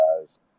guys